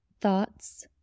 thoughts